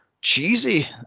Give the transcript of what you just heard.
cheesy